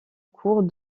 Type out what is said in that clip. cours